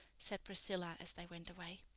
said priscilla as they went away.